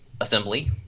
assembly